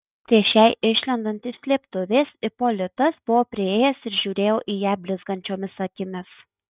prieš jai išlendant iš slėptuvės ipolitas buvo priėjęs ir žiūrėjo į ją blizgančiomis akimis